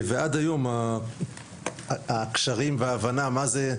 ועד היום הקשרים וההבנה מה זה,